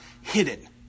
hidden